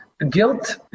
Guilt